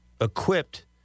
equipped